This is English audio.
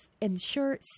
ensure